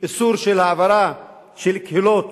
איסור של העברה של קהילות